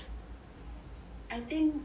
I think